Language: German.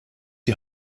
die